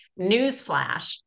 newsflash